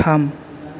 थाम